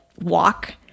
walk